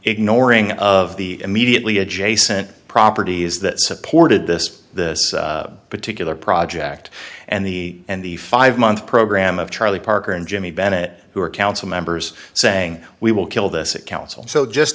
ignoring of the immediately adjacent properties that supported this the particular project and the and the five month program of charlie parker and jimmy bennett who are council members saying we will kill this it council so just